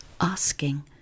asking